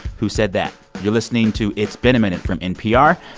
who said that. you're listening to it's been a minute from npr.